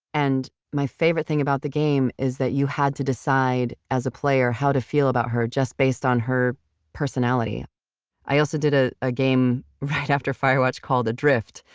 and my favorite thing about the game is that you had to decide as a player how to feel about her, just based on her personality i also did a ah game right after firewatch called adrift,